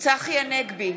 צחי הנגבי,